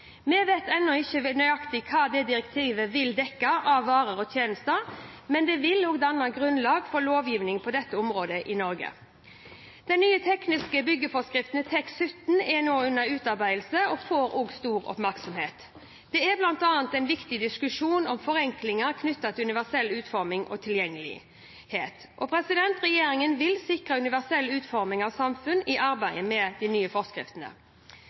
Vi vet ennå ikke nøyaktig hva direktivet vil dekke av varer og tjenester, men det vil danne grunnlag for lovgivning på dette området i Norge. Den nye tekniske byggeforskriften, TEK 17, er nå under utarbeidelse og får stor oppmerksomhet. Det er bl.a. en viktig diskusjon om forenklinger knyttet til universell utforming og tilgjengelighet. Regjeringen vil sikre universell utforming av samfunnet i arbeidet med de nye forskriftene.